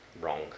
wrong